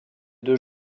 deux